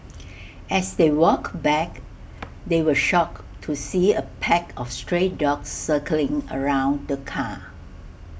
as they walked back they were shocked to see A pack of stray dogs circling around the car